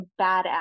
badass